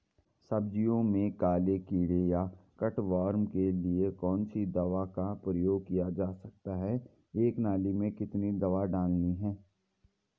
सब्जियों में काले कीड़े या कट वार्म के लिए कौन सी दवा का प्रयोग किया जा सकता है एक नाली में कितनी दवा डालनी है?